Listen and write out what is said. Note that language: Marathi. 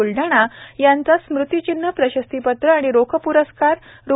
ब्लढाणा यांचा स्मृतिचिन्ह प्रशस्तीपत्र आणि रोख प्रस्कार रू